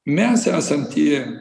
mes esam tie